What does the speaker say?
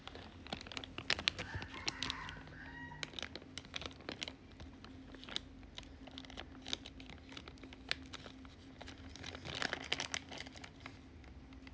then